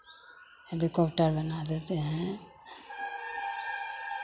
helicopter बना देते हैं